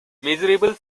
measurable